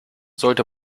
sollte